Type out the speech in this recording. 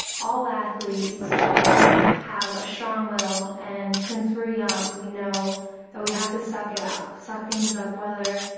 all athletes have a strong will and since we're young, we know that we have to suck it up, suck things up, whether,